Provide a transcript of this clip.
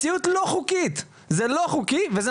באמת אני אומר.